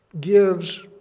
gives